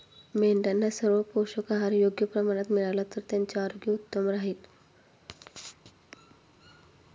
मेंढ्यांना सर्व पोषक आहार योग्य प्रमाणात मिळाला तर त्यांचे आरोग्य उत्तम राहील